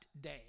Day